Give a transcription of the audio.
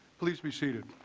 please be seated